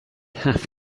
have